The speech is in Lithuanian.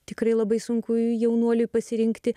tikrai labai sunku jaunuoliui pasirinkti